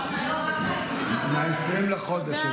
לא, רק מ-20 לחודש.